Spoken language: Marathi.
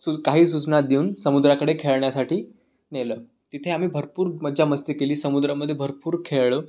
सू काही सूचना देऊन समुद्राकडे खेळण्यासाठी नेलं तिथे आम्ही भरपूर मजा मस्ती केली समुद्रामध्ये भरपूर खेळलो